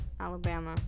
Alabama